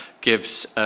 gives